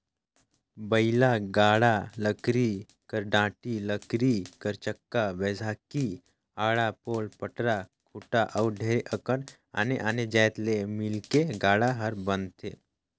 बइला गाड़ा लकरी कर डाड़ी, लकरी कर चक्का, बैसकी, आड़ा, पोल, पटरा, खूटा अउ ढेरे अकन आने आने जाएत ले मिलके गाड़ा हर बनथे